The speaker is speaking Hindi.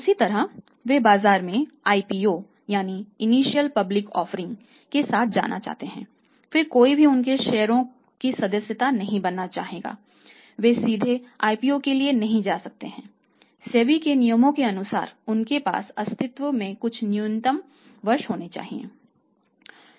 इसी तरह वे बाजार में आईपीओ के नियमों के अनुसार उनके पास अस्तित्व के कुछ न्यूनतम वर्ष होने चाहिए